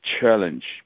challenge